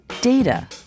data